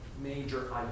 major